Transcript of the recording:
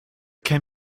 can